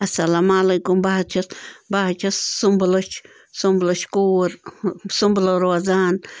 اَسلامُ علیکُم بہٕ حظ چھَس بہٕ حظ چھَس سُنٛمبلٕچ سُنٛمبلٕچ کوٗر سُنٛمبلہٕ روزان